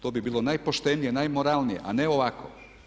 To bi bilo najpoštenije, najmoralnije a ne ovako.